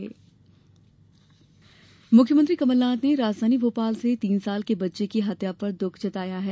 लापता बच्चा मुख्यमंत्री कमलनाथ ने राजधानी भोपाल से तीन साल के बच्चे की हत्या पर दुःख जताया है